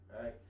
right